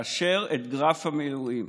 לאשר את גרף המילואים,